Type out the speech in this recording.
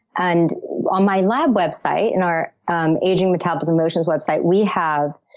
and on my lab website and our um aging, metabolism, emotions website, we have